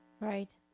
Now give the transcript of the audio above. Right